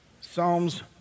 Psalms